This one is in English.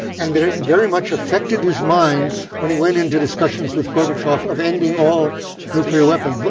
and that it very much affected his mind when he went into discussions with gorbachev of ending all nuclear weapons,